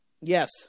Yes